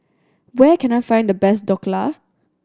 where can I find the best Dhokla